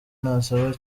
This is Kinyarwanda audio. nasaba